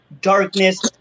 darkness